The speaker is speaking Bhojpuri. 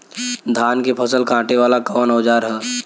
धान के फसल कांटे वाला कवन औजार ह?